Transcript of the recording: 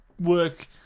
work